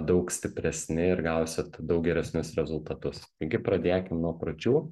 daug stipresni ir gausit daug geresnius rezultatus taigi pradėkim nuo pradžių